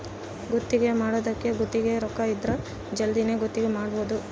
ಗುತ್ತಿಗೆ ಮಾಡ್ಕೊಂದೊರು ಗುತ್ತಿಗೆ ರೊಕ್ಕ ಇದ್ರ ಜಲ್ದಿನೆ ಗುತ್ತಿಗೆ ಬಿಡಬೋದು